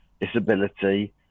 disability